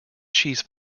cheese